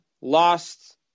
lost